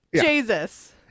Jesus